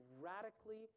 radically